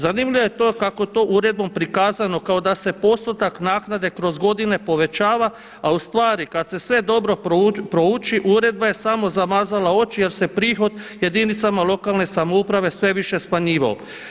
Zanimljivo je to kako to uredno prikazano kad da se postotak naknade kroz godine povećava a ustvari kad se sve dobro prouči uredba je samo zamazala oči jer se prihod jedinicama lokalne samouprave sve više smanjivao.